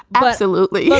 but absolutely.